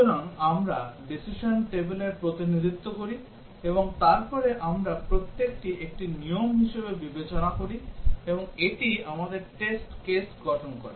সুতরাং আমরা decision tableর প্রতিনিধিত্ব করি এবং তারপরে আমরা প্রত্যেককে একটি নিয়ম হিসাবে বিবেচনা করি এবং এটি আমাদের টেস্ট কেস গঠন করে